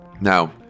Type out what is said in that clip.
Now